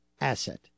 asset